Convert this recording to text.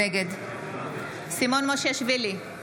נגד סימון מושיאשוילי,